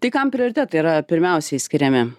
tai kam prioritetai yra pirmiausiai skiriami